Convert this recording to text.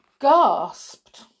gasped